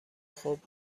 خوب